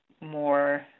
more